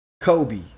Kobe